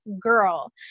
girl